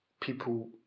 people